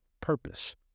purpose